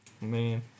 Man